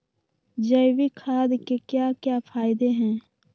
जैविक खाद के क्या क्या फायदे हैं?